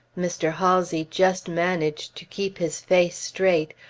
mr. halsey just managed to keep his face straight,